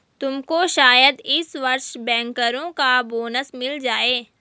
तुमको शायद इस वर्ष बैंकरों का बोनस मिल जाए